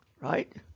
Right